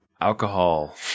Alcohol